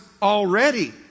Already